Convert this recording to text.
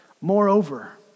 Moreover